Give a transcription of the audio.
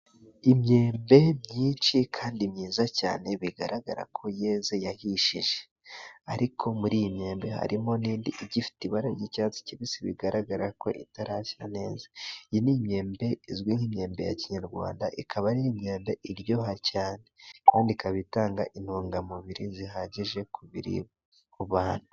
Imyembe myinshi kandi myiza cyane, bigaragara ko yeze, yahishije, ariko muri iyi myembe harimo n'indi igifite ibara ry'icyatsi kibisi, bigaragara ko itarashya neza. Iyi ni imyembe izwi nk'immyembe ya kinyarwanda, ikaba ari imyembe iryoha cyane. Kandi ikaba itanga intungamubiri zihagije ku biribwa, ku bantu.